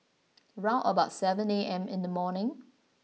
round about seven A M in the morning